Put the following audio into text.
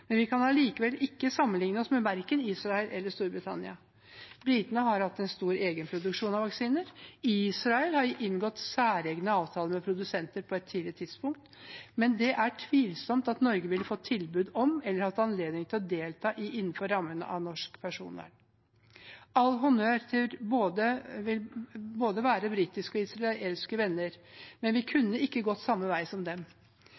Vi kan allikevel ikke sammenligne oss med verken Israel eller Storbritannia. Britene har hatt en stor egenproduksjon av vaksiner. Israel har inngått særegne avtaler med produsenter på et tidlig tidspunkt, men det er det tvilsomt at Norge ville fått tilbud om eller ville hatt anledning til å delta i innenfor rammen av norsk personvern. All honnør til våre britiske og israelske venner, men vi kunne ikke gått samme vei som dem.